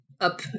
up